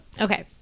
Okay